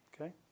Okay